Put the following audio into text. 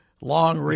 long